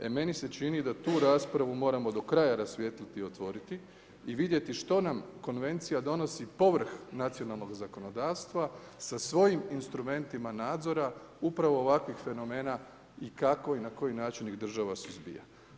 E meni se čini da tu raspravu moramo do kraja rasvijetliti i otvoriti i vidjeti što nam konvencija donosi povrh nacionalnog zakonodavstva sa svojim instrumentima nadzora upravo ovakvih fenomena i kako i na koji način ih država suzbija.